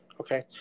Okay